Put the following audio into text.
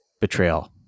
betrayal